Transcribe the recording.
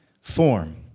form